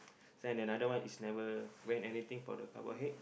then another one is never wear anything for the cover head